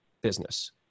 business